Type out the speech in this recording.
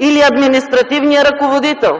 или на административния ръководител.